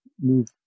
move